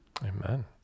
amen